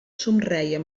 somreia